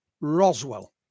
Roswell